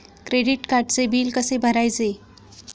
Credit कार्डचे bill कसे भरायचे?